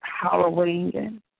Halloween